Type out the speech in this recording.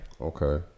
okay